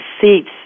seats